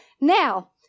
Now